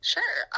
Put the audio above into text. Sure